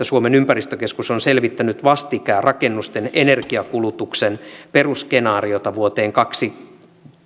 suomen ympäristökeskus on selvittänyt vastikään rakennusten energiankulutuksen perusskenaariota vuoteen